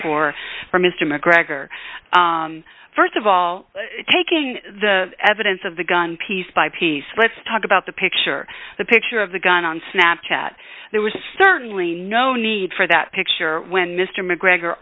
for for mr mcgregor first of all taking the evidence of the gun piece by piece let's talk about the picture the picture of the gun on snap chat there was certainly no need for that picture when mr mcgregor